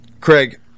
Craig